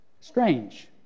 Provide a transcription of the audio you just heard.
strange